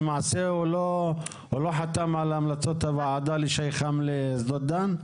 למעשה הוא לא חתם על המלצות הוועדה לשייכם לשדות דן?